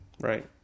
Right